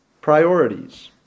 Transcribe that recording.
priorities